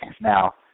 Now